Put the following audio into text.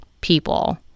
people